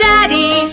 Daddy